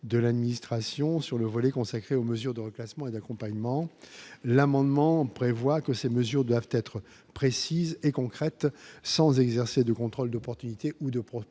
de l'administration sur le volet consacré aux mesures de reclassement et d'accompagnement, l'amendement prévoit que ces mesures doivent être précises et concrètes sans exercer de contrôle d'opportunité ou de proportionnalité